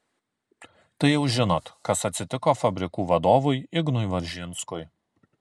tai jau žinot kas atsitiko fabrikų vadovui ignui varžinskui